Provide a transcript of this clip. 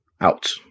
out